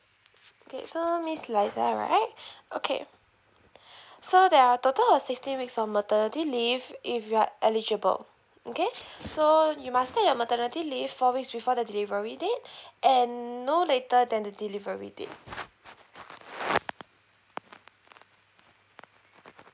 okay so miss liza that right okay so there are a total of sixteen weeks of maternity leave if you are eligible okay so you must take your maternity leave four weeks before the delivery date and no later than the delivery take